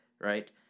Right